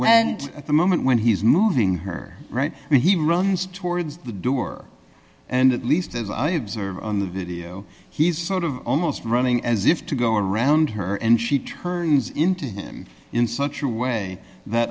and at the moment when he's moving her right he runs towards the door and at least as i observed on the video he's sort of almost running as if to go around her and she turns into him in such a way that